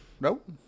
Nope